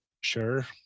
sure